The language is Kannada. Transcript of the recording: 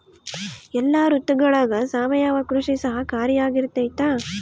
ಎಲ್ಲ ಋತುಗಳಗ ಸಾವಯವ ಕೃಷಿ ಸಹಕಾರಿಯಾಗಿರ್ತೈತಾ?